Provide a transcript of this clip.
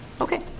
Okay